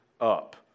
up